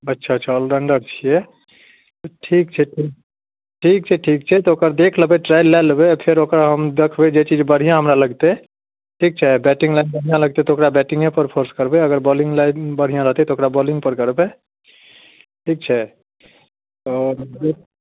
अच्छा अच्छा ऑलराउन्डर छियै ठीक छै तऽ ठीक छै ठीक छै तऽ ओकर देख लेबै ट्राइल लए लेबै फेर ओकरा हम देखबै जे चीज बढ़िआँ हमरा लगतै ठीक छै बैटिङ्ग लाइन बढ़िआँ लगतै तऽ ओकरा बैटिङ्गे पर फोर्स करबै अगर बौलिङ्ग लाइन बढ़िआँ रहतै तऽ ओकरा बौलिङ्ग पर करबै ठीक छै आओर